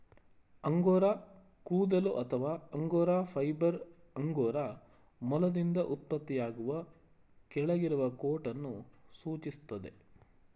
angora ಕೂದಲು ಅಥವಾ angora fibre angora ಮೊಲದಿಂದ ಉತ್ಪತ್ತಿಯಾಗುವ ಕೆಳಗಿರುವ ಕೋಟನ್ನು ಸೂಚಿಸ್ತದೆ